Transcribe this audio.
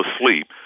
asleep